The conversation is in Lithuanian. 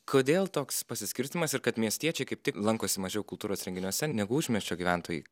kodėl toks pasiskirstymas ir kad miestiečiai kaip tik lankosi mažiau kultūros renginiuose negu užmiesčio gyventojai